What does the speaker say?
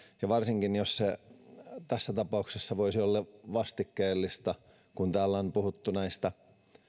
ja varsinkin jos se tässä tapauksessa voisi olla vastikkeellista niin kuin täällä on puhuttu näistä